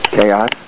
Chaos